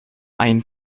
ein